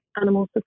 animals